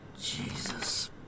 Jesus